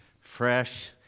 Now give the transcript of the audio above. fresh